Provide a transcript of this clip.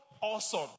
awesome